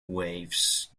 waves